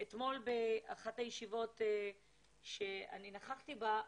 אתמול, באחת הישיבות שנכחתי בה,